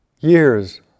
years